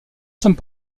sommes